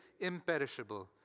imperishable